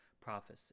prophecy